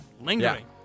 Lingering